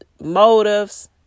motives